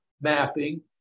mapping